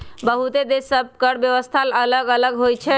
बहुते देश सभ के कर व्यवस्था अल्लग अल्लग होई छै